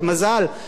אבל זה לא המבחן.